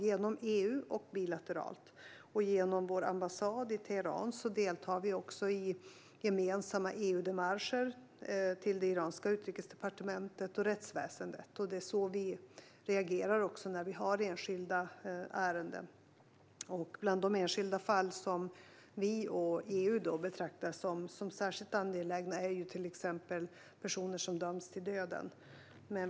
Genom vår ambassad i Teheran deltar vi också i gemensamma EU-demarscher till det iranska utrikesdepartementet och rättsväsendet. Det är också så vi reagerar när vi har enskilda ärenden. Bland de enskilda fall som vi och EU betraktar som särskilt angelägna återfinns personer som dömts till döden.